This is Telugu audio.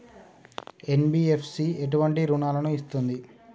ఎన్.బి.ఎఫ్.సి ఎటువంటి రుణాలను ఇస్తుంది?